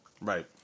Right